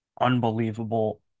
unbelievable